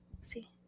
see